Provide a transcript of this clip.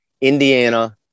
Indiana